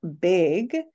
big